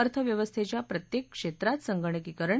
अर्थव्यवस्थेच्या प्रत्येक क्षेत्रात संगणकीकरण